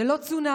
זה לא צונאמי.